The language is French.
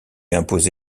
imposer